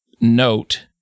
note